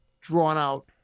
drawn-out